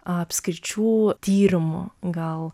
apskričių tyrimų gal